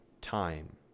time